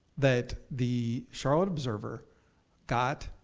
that the charlotte observer got